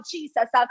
Jesus